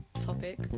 topic